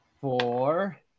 Four